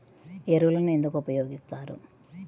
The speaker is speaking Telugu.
ఎరువులను ఎందుకు ఉపయోగిస్తారు?